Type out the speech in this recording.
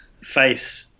face